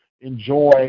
enjoy